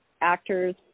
actors